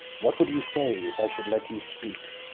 what would you say, if i should let you speak?